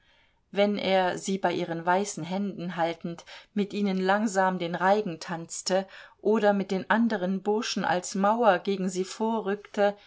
wenn er sie bei ihren weißen händen haltend mit ihnen langsam den reigen tanzte oder mit den anderen burschen als mauer gegen sie vorrückte